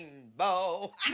Rainbow